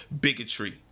bigotry